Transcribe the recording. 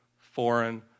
foreign